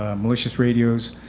malicious radios,